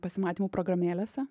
pasimatymų programėlėse